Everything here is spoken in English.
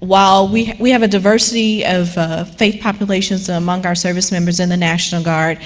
while we we have a diversity of faith populations among our service members in the national guard,